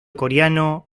coreano